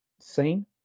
scene